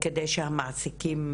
על מנת שהמעסיקים